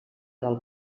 del